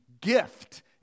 gift